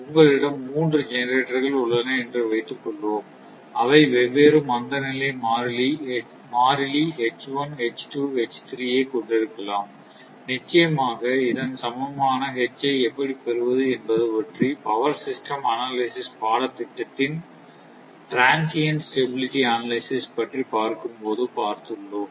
உங்களிடம் மூன்று ஜெனரேட்டர்கள் உள்ளன என்று வைத்துக்கொள்வோம் அவை வெவ்வேறு மந்தநிலை மாறிலி ஐக் கொண்டிருக்கலாம் நிச்சயமாக இதன் சமமான H ஐ எப்படி பெறுவது என்பது பற்றி பவர் சிஸ்டம் அனாலிசிஸ் பாட திட்டத்தில் ட்ரான்சியின்ட் ஸ்டெபிளிட்டி அனாலிசிஸ் பற்றி பார்க்கும் போது பார்த்துள்ளோம்